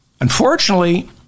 Unfortunately